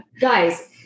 guys